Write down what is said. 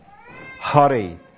Hurry